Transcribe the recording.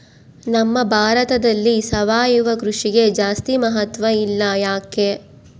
ನಮ್ಮ ಭಾರತದಲ್ಲಿ ಸಾವಯವ ಕೃಷಿಗೆ ಜಾಸ್ತಿ ಮಹತ್ವ ಇಲ್ಲ ಯಾಕೆ?